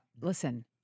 listen